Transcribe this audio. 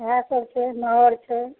इएहे सभ छै नहर छै